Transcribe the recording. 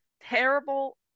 terrible